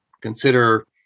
consider